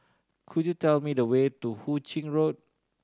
could you tell me the way to Hu Ching Road